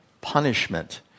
punishment